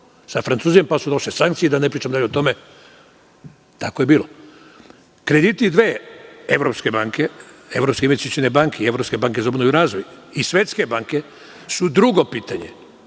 sa Francuzima, pa su došle sankcije i da ne pričam dalje o tome, tako je bilo. Krediti dve evropske banke, Evropske investicione banke i Evropske banke za obnovu i razvoj i Svetske banke su drugo pitanje.